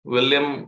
William